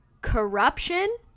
Corruption